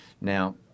Now